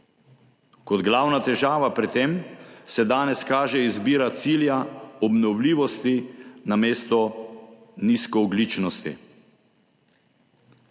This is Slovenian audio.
Kot glavna težava pri tem se danes kaže izbira cilja obnovljivosti namesto nizkoogljičnosti,